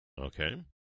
Okay